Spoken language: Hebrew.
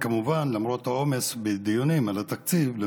כל זה, כמובן, למרות העומס בדיונים על התקציב.